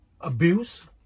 abuse